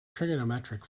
trigonometric